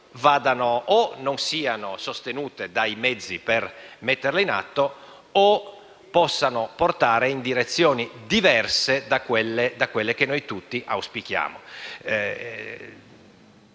o non siano sostenute dai mezzi approntati per metterle in atto o possano portare in direzioni diverse da quelle che noi tutti auspichiamo.